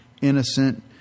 innocent